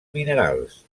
minerals